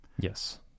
yes